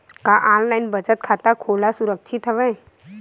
का ऑनलाइन बचत खाता खोला सुरक्षित हवय?